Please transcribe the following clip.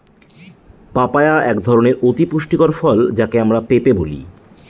papaya একধরনের অতি পুষ্টিকর ফল যাকে আমরা পেঁপে বলি